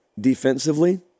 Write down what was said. defensively